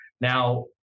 Now